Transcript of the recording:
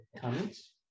comments